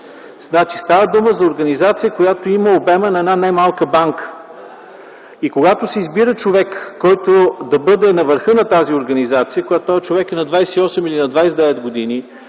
Значи става дума за организация, която има обема на една немалка банка. И когато се избира човек, който да бъде на върха на тази организация, и когато този човек е на 28 или на 29 години,